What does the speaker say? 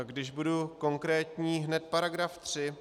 Když budu konkrétní, hned paragraf 3.